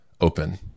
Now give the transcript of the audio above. open